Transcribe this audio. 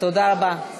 תודה רבה.